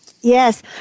Yes